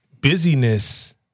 busyness